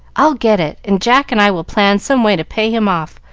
i'll get it, and jack and i will plan some way to pay him off,